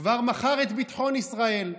כבר מכר את ביטחון ישראל,